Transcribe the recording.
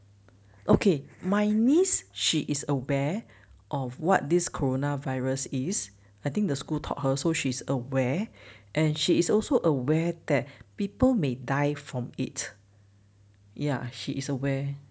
okay my niece she is aware of what this corona virus is I think the school taught her so she's aware and she is also aware that people may die from it ya she is aware